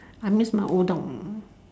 I miss my old dog